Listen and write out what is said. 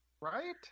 right